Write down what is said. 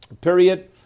period